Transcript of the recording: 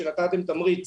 שנתתם תמריץ.